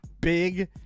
big